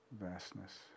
vastness